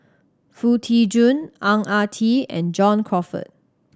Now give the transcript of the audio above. Foo Tee Jun Ang Ah Tee and John Crawfurd